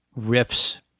riffs